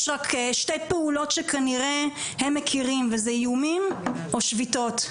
יש רק שתי פעולות שכנראה הם מכירים וזה איומים או שביתות.